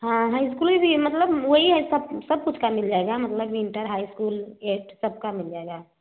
हाँ high school भी है मतलब वही है सब सब कुछ का मिल जाएगा मतलब इन्टर हाई स्कूल सबका मिल जाएगा